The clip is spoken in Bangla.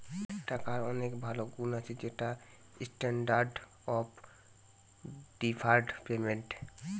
টাকার অনেক ভালো গুন্ আছে যেমন স্ট্যান্ডার্ড অফ ডেফার্ড পেমেন্ট